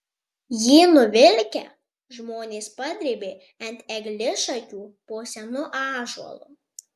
jį nuvilkę žmonės padrėbė ant eglišakių po senu ąžuolu